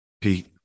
Pete